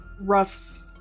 rough